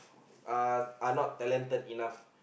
uh are not talented enough